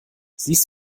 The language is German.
siehst